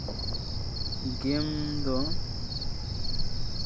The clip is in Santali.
ᱜᱮᱢ ᱫᱚ